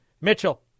Mitchell